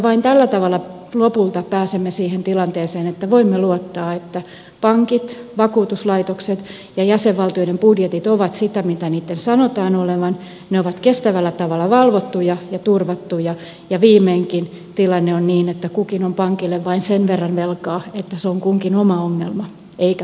vain tällä tavalla lopulta pääsemme siihen tilanteeseen että voimme luottaa että pankit vakuutuslaitokset ja jäsenvaltioiden budjetit ovat sitä mitä niiden sanotaan olevan ne ovat kestävällä tavalla valvottuja ja turvattuja ja viimeinkin tilanne on niin että kukin on pankille vain sen verran velkaa että se on kunkin oma ongelma eikä pankin ongelma